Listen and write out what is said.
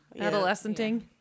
Adolescenting